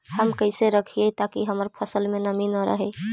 हम कैसे रखिये ताकी हमर फ़सल में नमी न रहै?